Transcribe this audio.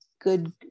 good